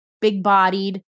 big-bodied